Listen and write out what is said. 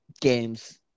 games